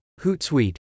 Hootsuite